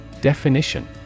Definition